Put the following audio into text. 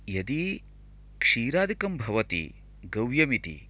यदि क्षीरादिकं भवति गव्यम् इति